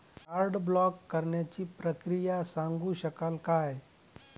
Card block करण्याची प्रक्रिया सांगू शकाल काय?